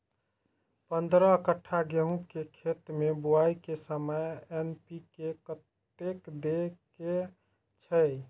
पंद्रह कट्ठा गेहूं के खेत मे बुआई के समय एन.पी.के कतेक दे के छे?